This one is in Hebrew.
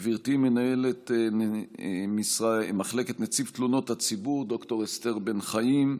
מנהלת מחלקת נציב תלונות הציבור ד"ר אסתר בן חיים,